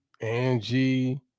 angie